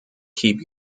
keep